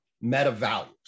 meta-values